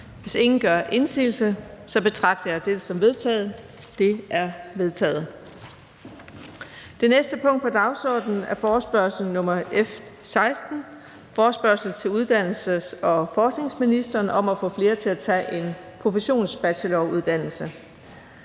Hvis ingen gør indsigelse, betragter jeg dette som vedtaget. Det er vedtaget. --- Det sidste punkt på dagsordenen er: 8) Forespørgsel nr. F 16: Forespørgsel til uddannelses- og forskningsministeren: Hvad agter regeringen at gøre for at få flere til at tage en professionsbacheloruddannelse,